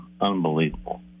unbelievable